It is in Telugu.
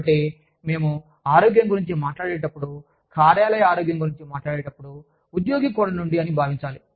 కాబట్టి మేము ఆరోగ్యం గురించి మాట్లాడేటప్పుడు కార్యాలయ ఆరోగ్యం గురించి మాట్లాడేటప్పుడు ఉద్యోగి కోణం నుండి అని భావించాలి